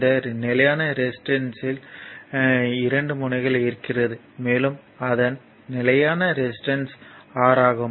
இந்த நிலையான ரெசிஸ்டர்யில் 2 முனைகள் இருக்கிறது மேலும் அதன் நிலையான ரெசிஸ்டன்ஸ் R ஆகும்